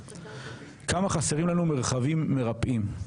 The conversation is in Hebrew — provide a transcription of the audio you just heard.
כמה חסרים לנו מרחבים מרפאים,